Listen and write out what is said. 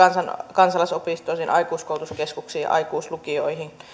kansalaisopistoihin aikuiskoulutuskeskuksiin aikuislukioihin ja